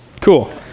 Cool